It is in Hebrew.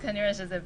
אז כנראה שזה בסדר.